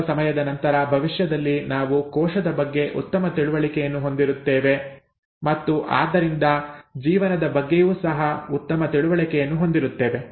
ಸ್ವಲ್ಪ ಸಮಯದ ನಂತರ ಭವಿಷ್ಯದಲ್ಲಿ ನಾವು ಕೋಶದ ಬಗ್ಗೆ ಉತ್ತಮ ತಿಳುವಳಿಕೆಯನ್ನು ಹೊಂದಿರುತ್ತೇವೆ ಮತ್ತು ಆದ್ದರಿಂದ ಜೀವನದ ಬಗ್ಗೆಯೂ ಸಹ ಉತ್ತಮ ತಿಳುವಳಿಕೆಯನ್ನು ಹೊಂದಿರುತ್ತೇವೆ